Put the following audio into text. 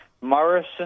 Morrison